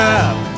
up